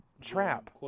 trap